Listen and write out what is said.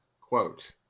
quote